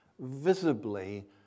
visibly